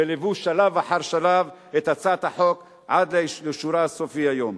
וליוו שלב אחר שלב את הצעת החוק עד לאישורה הסופי היום.